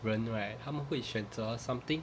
人 right 他们会选择 something